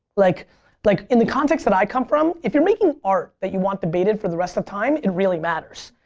like like in the context that i come from if you're making art that you want debated for the rest of time it really matters.